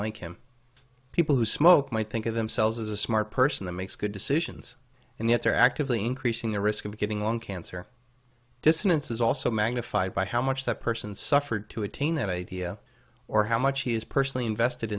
like him people who smoke might think of themselves as a smart person that makes good decisions and yet they're actively increasing the risk of getting lung cancer dissonances also magnified by how much that person suffered to attain that idea or how much he's personally invested